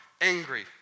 angry